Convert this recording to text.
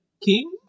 king